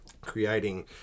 creating